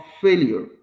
failure